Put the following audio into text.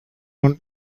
und